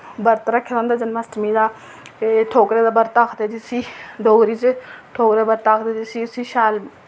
बर्त रक्खे दा होंदा जन्मअश्टमी दा ए ठोकरें दा बर्त आखदे जिसी डोगरी च ठोकरें दा बर्त आखदे जिसी उस्सी शैल